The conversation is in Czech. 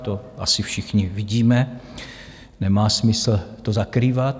To asi všichni vidíme, nemá smysl to zakrývat.